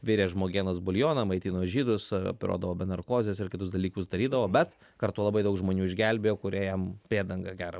virė žmogienos buljoną maitino žydus operuodavo be narkozės ir kitus dalykus darydavo bet kartu labai daug žmonių išgelbėjo kūrie jam priedangą gerą